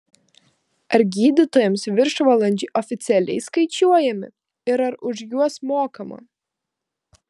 ar gydytojams viršvalandžiai oficialiai skaičiuojami ir ar už juos mokama